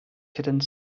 couldn’t